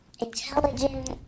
intelligent